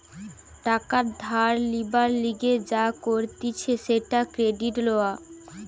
টাকা ধার লিবার লিগে যা করতিছে সেটা ক্রেডিট লওয়া